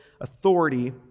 authority